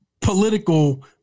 political